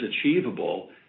achievable